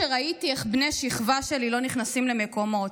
שראיתי איך בני שכבה שלי לא נכנסים למקומות,